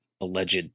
alleged